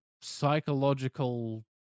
psychological